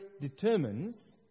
determines